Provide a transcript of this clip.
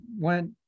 went